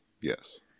Yes